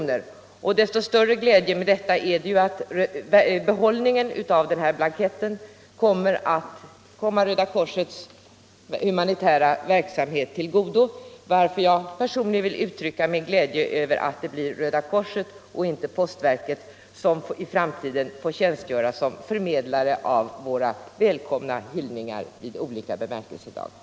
Glädjen med vad som här gjorts blir desto större som behållningen av blankettförsäljningen kommer Röda korsets humanitära verksamhet till godo, och därför vill jag personligen uttrycka min glädje över att det just blir Röda korset, inte postverket, som i framtiden får tjänstgöra som förmedlare av våra välkomna hyllningar vid olika bemärkelsedagar.